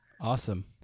awesome